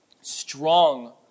strong